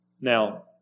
Now